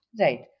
Right